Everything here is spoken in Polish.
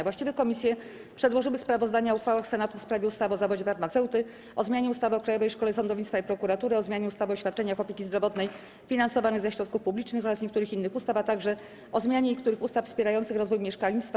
Właściwe komisje przedłożyły sprawozdania o uchwałach Senatu w sprawie ustaw: - o zawodzie farmaceuty, - o zmianie ustawy o Krajowej Szkole Sądownictwa i Prokuratury, - o zmianie ustawy o świadczeniach opieki zdrowotnej finansowanych ze środków publicznych oraz niektórych innych ustaw, - o zmianie niektórych ustaw wspierających rozwój mieszkalnictwa.